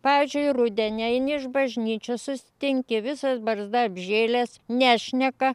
pavyzdžiui rudenį eini iš bažnyčios susitinki visas barzda apžėlęs nešneka